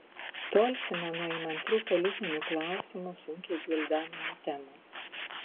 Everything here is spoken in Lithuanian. tolsime nuo įmantrių politinių klausimų sunkiai gvildenamų temų